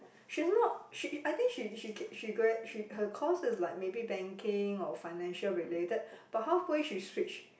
she's not she I think she she she gra~ she her course is like maybe banking or financial related but halfway she switched